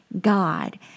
god